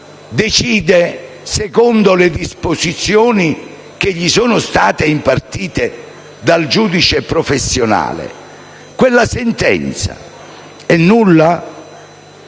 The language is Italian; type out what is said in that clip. decide secondo le disposizioni che gli sono state impartite dal giudice professionale, quella sentenza è nulla?